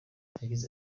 yagize